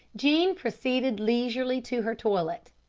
jean proceeded leisurely to her toilet.